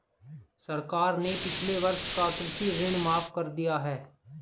सरकार ने पिछले वर्ष का कृषि ऋण माफ़ कर दिया है